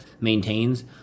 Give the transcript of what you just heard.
maintains